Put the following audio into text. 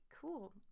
cool